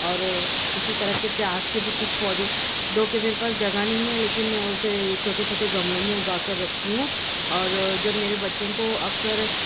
اور اسی طرح سے پیاز کے بھی کچھ پودے دو کے میرے پاس جگہ نہیں ہے لیکن میں اسے چھوٹے چھوٹے گملوں میں اگا کر رکھتی ہوں اور جب میرے بچوں کو اکثر